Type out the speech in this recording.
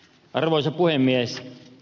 arvoisa puhemies